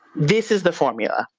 this is the formula,